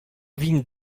vin